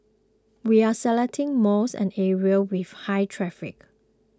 we are selecting malls and areas with high traffic